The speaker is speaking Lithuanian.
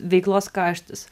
veiklos kaštus